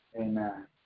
Amen